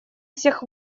всех